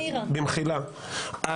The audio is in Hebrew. במחילה,